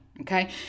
okay